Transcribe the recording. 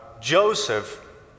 Joseph